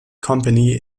company